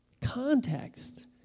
Context